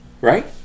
right